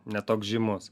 ne toks žymus